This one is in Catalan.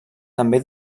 també